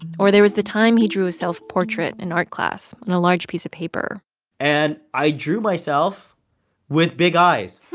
or there was the time he drew a self-portrait in art class on a large piece of paper c and i drew myself with big eyes.